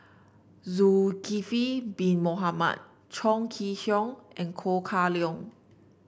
Zulkifli Bin Mohamed Chong Kee Hiong and Kah Leong